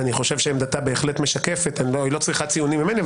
ואני חושב שעמדתה בהחלט משקפת היא לא צריכה ציונים ממני,